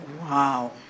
Wow